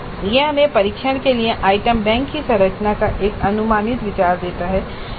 यह हमें परीक्षण के लिए आइटम बैंक की संरचना का एक अनुमानित विचार देता है